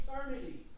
eternity